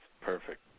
perfect